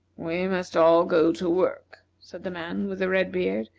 we must all go to work, said the man with the red beard,